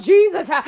Jesus